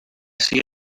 see